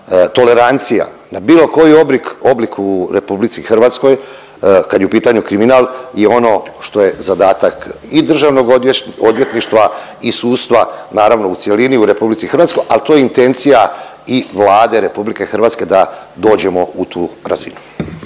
tolerancija na bilo koji oblik u RH kad je u pitanju kriminal je ono što je zadatak i državnog odvjetništva i sudstva naravno u cjelini u RH, ali to je intencija i Vlade RH da dođemo u tu razinu.